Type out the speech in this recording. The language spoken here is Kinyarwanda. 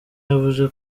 yavuze